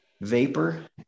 vapor